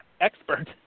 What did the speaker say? Expert